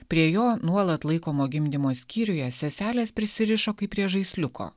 prie jo nuolat laikomo gimdymo skyriuje seselės prisirišo kaip prie žaisliuko